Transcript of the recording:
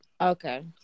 Okay